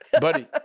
Buddy